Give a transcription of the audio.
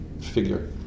figure